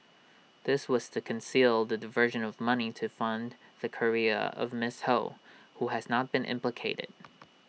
this was to conceal the diversion of money to fund the career of miss ho who has not been implicated